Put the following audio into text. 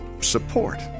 support